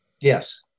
Yes